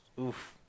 oof